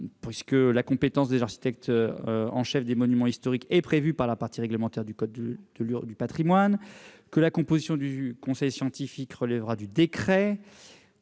d'âge. La compétence de l'architecte en chef des monuments historiques est prévue par la partie réglementaire du code du patrimoine. La composition du conseil scientifique relèvera du décret.